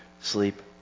sleep